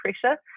pressure